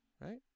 right